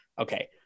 okay